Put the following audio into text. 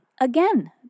Again